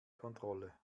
kontrolle